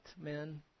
men